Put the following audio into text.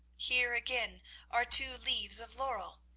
here again are two leaves of laurel.